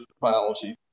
biology